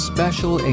Special